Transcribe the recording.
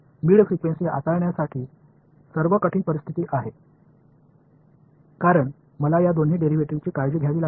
இடைப்பட்ட அதிர்வெண் கையாள மிகவும் கடினமான சூழ்நிலை ஏனெனில் இந்த இரண்டு டிரைவேடிவ் களையும் நான் கவனித்துக்கொள்ள வேண்டும்